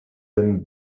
den